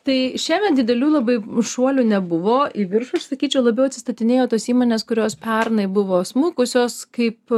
tai šiemet didelių labai šuolių nebuvo į viršų aš sakyčiau labiau atstatinėjo tos įmonės kurios pernai buvo smukusios kaip